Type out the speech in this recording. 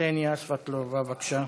קסניה סבטלובה, בבקשה.